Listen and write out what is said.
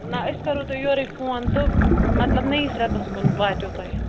نہَ أسۍ کَرو تۄہہِ یورَے فون تہٕ مطلب نٔوِس رٮ۪تَس کُن وٲتوٕ تۄہہِ